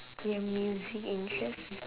your music interests